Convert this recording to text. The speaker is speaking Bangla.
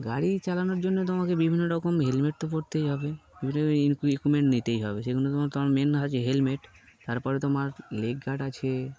গাড়ি চালানোর জন্য তোমাকে বিভিন্ন রকম হেলমেট তো পরতেই হবে বিভিন্ন ইকুইপমেন্ট নিতেই হবে সেগুলো তোমার তোমার মেন না আছে হেলমেট তারপরে তোমার লেগ গার্ড আছে